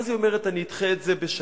אז היא אומרת: אני אדחה את זה בשנה,